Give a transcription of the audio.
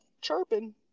chirping